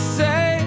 say